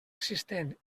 existent